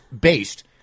based